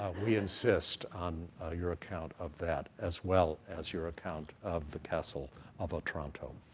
we insist on your account of that, as well as your account of the castle of otranto.